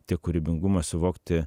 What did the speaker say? tiek kūrybingumas suvokti